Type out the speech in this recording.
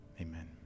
Amen